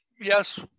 Yes